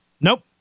Nope